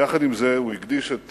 יחד עם זה, הוא הקדיש את